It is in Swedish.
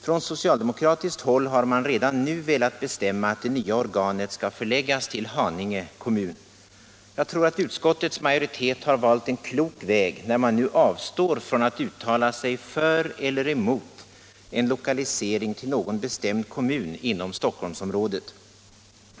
På socialdemokratiskt håll har man redan nu velat bestämma att det nya organet skall förläggas till Haninge kommun. Jag tror att utskottets majoritet har valt en klok väg, när man nu avstår från att uttala sig för eller emot en lokalisering till någon bestämd kommun inom Stockholmsområdet.